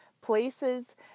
places